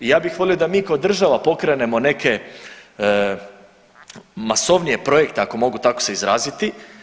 I ja bih volio da mi kao država pokrenemo neke masovnije projekte ako mogu tako se izraziti.